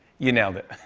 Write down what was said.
you nailed it.